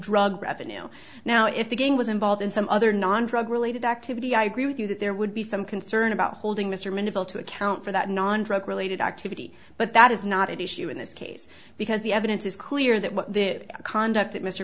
revenue now if the gang was involved in some other non drug related activity i agree with you that there would be some concern about holding mr mandela to account for that non drug related activity but that is not an issue in this case because the evidence is clear that their conduct that mr